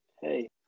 Hey